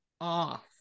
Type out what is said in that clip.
off